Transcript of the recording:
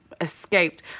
escaped